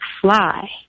fly